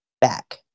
back